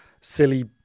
silly